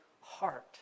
heart